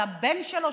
הבן שלו,